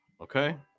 okay